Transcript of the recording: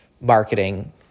marketing